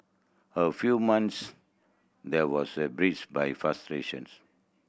a few months there was a by frustrations